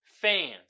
fans